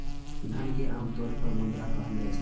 धन कें आम तौर पर मुद्रा कहल जाइ छै